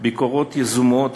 ביקורות יזומות,